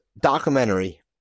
documentary